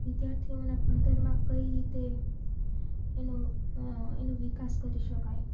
વિદ્યાર્થીઓના ભણતરમાં કઈ રીતે એનું એનું વિકાસ કરી શકાય